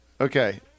Okay